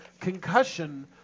concussion